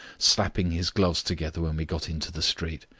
slapping his gloves together when we got into the street.